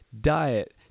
diet